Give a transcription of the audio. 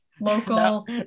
local